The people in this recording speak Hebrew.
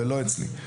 ולא אצלי.